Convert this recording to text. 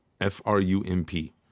F-R-U-M-P